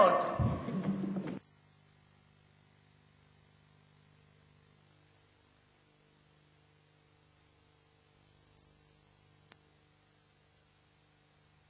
Grazie,